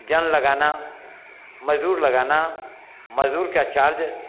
जन लगाना मज़दूर लगाना मज़दूर का चार्ज